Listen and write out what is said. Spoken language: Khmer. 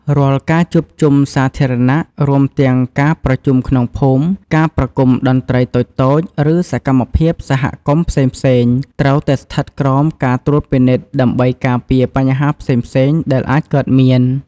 រាល់ការជួបជុំសាធារណៈ រួមទាំងការប្រជុំក្នុងភូមិ ការប្រគំតន្ត្រីតូចៗ ឬសកម្មភាពសហគមន៍ផ្សេងៗ ត្រូវតែស្ថិតក្រោមការត្រួតពិនិត្យ ដើម្បីការពារបញ្ហាផ្សេងៗដែលអាចកើតមាន។